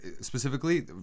Specifically